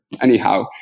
Anyhow